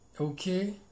Okay